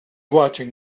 watching